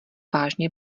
vážně